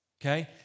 okay